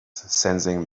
sensing